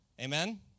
Amen